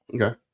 okay